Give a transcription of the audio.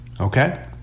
Okay